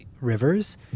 rivers